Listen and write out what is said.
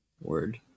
Word